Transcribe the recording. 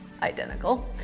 identical